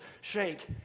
shake